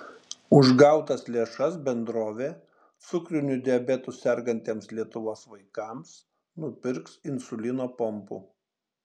už gautas lėšas bendrovė cukriniu diabetu sergantiems lietuvos vaikams nupirks insulino pompų